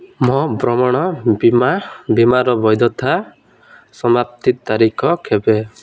ମୋ ଭ୍ରମଣ ବୀମା ବୀମାର ବୈଧତା ସମାପ୍ତି ତାରିଖ କେବେ